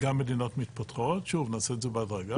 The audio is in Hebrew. מדינות מתפתחות, שוב, נעשה את זה בהדרגה,